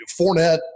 Fournette